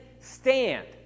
stand